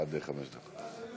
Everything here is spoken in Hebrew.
עד חמש דקות.